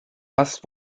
hast